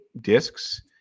discs